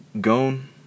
Gone